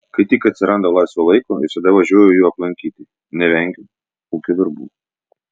kai tik atsiranda laisvo laiko visada važiuoju jų aplankyti nevengiu ūkio darbų